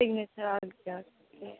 signature okay okay